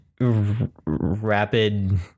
rapid